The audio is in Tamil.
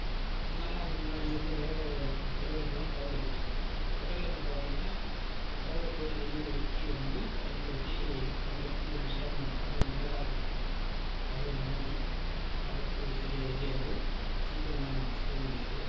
இருந்தாலும் நாங்கள் முன்னாடி வந்து விறகு அடுப்பு விறகு அடுப்புதான் பயன்படுத்திட்டுருந்தோம் விறகு அடுப்பு பார்த்திங்கன்னா விறகை போய் வெளியில் வெட்டி வந்து பயன்படுத்தி பயன்படுத்துவது ரொம்ப சிரமமாக இருந்தது அதுவும் மழை காலங்களில் பார்த்தீங்கன்னா விறகு நனைஞ்சி அடுப்பு சரியாக எரியாது சீக்கிரமாக சமைக்க முடியாது